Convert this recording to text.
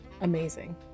amazing